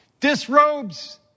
Disrobes